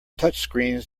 touchscreens